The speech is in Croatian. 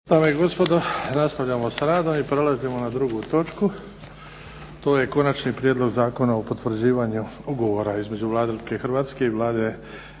Dame i gospodo nastavljamo s radom i prelazimo na 2. točku. To je - Konačni prijedlog Zakona o potvrđivanju Ugovora između Vlade Republike Hrvatske i Vlade